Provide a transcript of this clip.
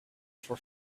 for